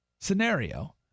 scenario